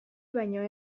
baino